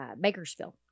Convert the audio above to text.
Bakersfield